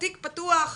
תיק פתוח.